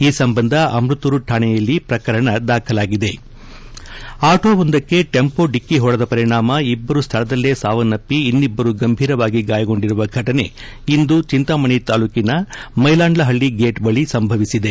ಈ ಸಂಬಂಧ ಅಮೃತೂರು ಠಾಣೆಯಲ್ಲಿ ಪ್ರಕರಣ ದಾಖಲಾಗಿದೆ ಆಟೋವೊಂದಕ್ಕೆ ಟೆಂಪೋ ಡಿಕ್ಕಿ ಹೊಡೆದ ಪರಿಣಾಮ ಇಬ್ಬರು ಸ್ಥಳದಲ್ಲೇ ಸಾವನ್ನಪ್ಪಿ ಇನಿಬ್ಬರು ಗಂಭೀರವಾಗಿ ಗಾಯಗೊಂಡಿರುವ ಫಟನೆ ಇಂದು ಚಿಂತಾಮಣೆ ತಾಲೂಕಿನ ಮೈಲಾಂಡ್ಲಹಳ್ಳಿ ಗೇಟ್ ಬಳಿ ನಡೆದಿದೆ